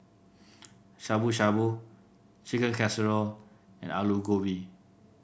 Shabu Shabu Chicken Casserole and Alu Gobi